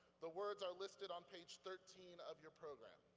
the words are listed on page thirteen of your program.